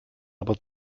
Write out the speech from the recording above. aber